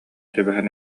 түбэһэн